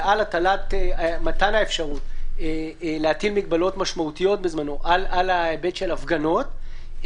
ועל הטלת מתן האפשרות להטיל מגבלות משמעותיות בזמנו על ההיבט של הפגנות,